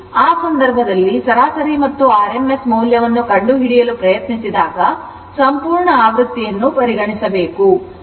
ಆ ಸಂದರ್ಭದಲ್ಲಿ ಸರಾಸರಿ ಮತ್ತು rms ಮೌಲ್ಯವನ್ನು ಕಂಡುಹಿಡಿಯಲು ಪ್ರಯತ್ನಿಸಿದಾಗ ಸಂಪೂರ್ಣ ಆವೃತ್ತಿಯನ್ನು ಪರಿಗಣಿಸಬೇಕು